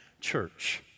church